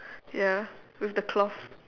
ya with the cloth